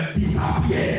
disappear